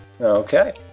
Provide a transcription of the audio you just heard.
Okay